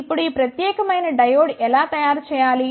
ఇప్పుడు ఈ ప్రత్యేకమైన డయోడ్ ఎలా తయారు చేయాలి